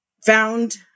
Found